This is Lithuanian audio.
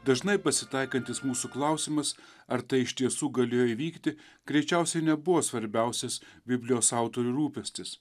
dažnai pasitaikantis mūsų klausimas ar tai iš tiesų galėjo įvykti greičiausiai nebuvo svarbiausias biblijos autorių rūpestis